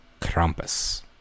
Krampus